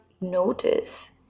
notice